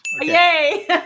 Yay